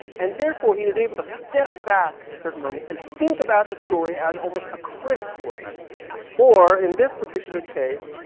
and therefore he is able to step back at certain moments and think about the story as almost a critic would or in this particular case,